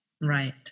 Right